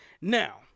now